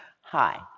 hi